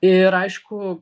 ir aišku